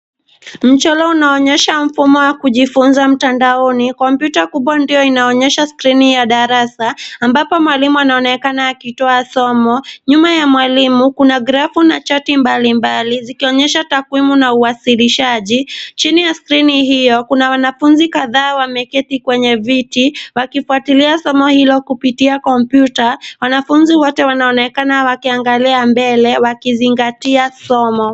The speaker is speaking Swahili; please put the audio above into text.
Mchoro unaonyesha mfumo wa kujifunza mtandaoni. Kompyuta kubwa ndio inaonyesha skrini ya darasa, ambapo mwalimu anaonekana akitoa somo. Nyuma ya mwalimu, kuna grafu na chati mbalimbali, zikionyesha takwimu na uwasilishaji. Chini ya skrini hiyo, kuna wanafunzi kadhaa wameketi kwenye viti, wakifuatilia somo hilo kupitia kompyuta ,wanafunzi wote wanaonekana wakiangalia mbele ,wakizingatia somo.